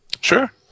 Sure